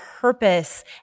purpose